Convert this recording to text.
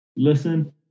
Listen